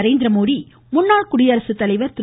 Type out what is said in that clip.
நரேந்திரமோடி முன்னாள் குடியரசுத்தலைவர் திரு